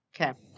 Okay